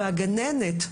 והגננת,